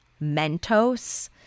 Mentos